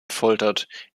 gefoltert